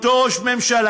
אותו ראש ממשלה,